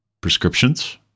prescriptions